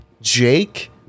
Jake